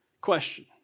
question